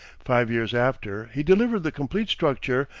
five years after, he delivered the complete structure,